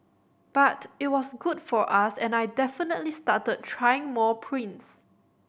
but it was good for us and I definitely started trying more prints